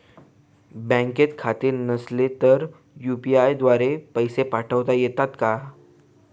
बँकेत खाते नसेल तर यू.पी.आय द्वारे पैसे पाठवता येतात का?